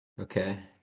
Okay